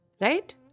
Right